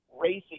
racing